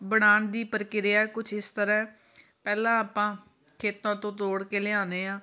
ਬਣਾਉਣ ਦੀ ਪ੍ਰਕਿਰਿਆ ਕੁਛ ਇਸ ਤਰ੍ਹਾਂ ਪਹਿਲਾਂ ਆਪਾਂ ਖੇਤਾਂ ਤੋਂ ਤੋੜ ਕੇ ਲਿਆਉਂਦੇ ਹਾਂ